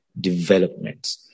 development